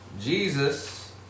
Jesus